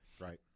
Right